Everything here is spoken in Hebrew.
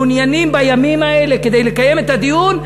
מעוניינים בימים האלה כדי לקיים את הדיון,